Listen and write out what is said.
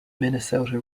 minnesota